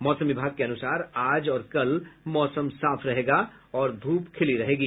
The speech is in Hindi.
मौसम विभाग के अनुसार आज और कल मौसम साफ रहेगा और ध्रप खिली रहेगी